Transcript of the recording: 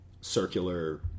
circular